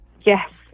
Yes